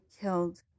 killed